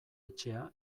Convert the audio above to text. etxea